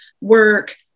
work